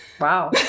wow